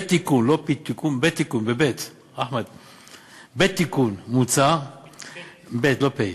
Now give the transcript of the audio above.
בתיקון, בתיקון, לא פתיקון, אחמד, בי"ת, לא פ"א.